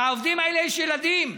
לעובדים האלה יש ילדים.